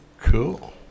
cool